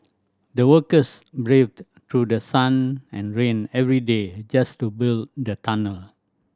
the workers braved through the sun and rain every day just to build the tunnel